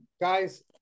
guys